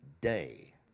day